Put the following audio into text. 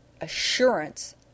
assurance